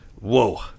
Whoa